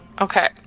Okay